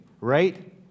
right